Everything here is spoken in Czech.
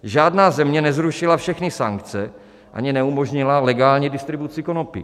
Žádná země nezrušila všechny sankce ani neumožnila legální distribuci konopí.